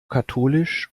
katholisch